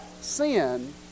sin